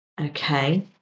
Okay